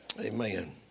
Amen